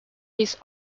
his